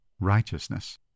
righteousness